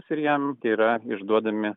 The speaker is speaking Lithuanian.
ir jiem tai yra išduodami